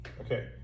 Okay